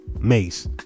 Mace